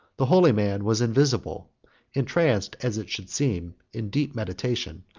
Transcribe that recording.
the holy man was invisible entranced, as it should seem, in deep meditation,